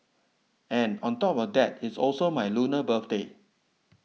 and on top of that it also my Lunar birthday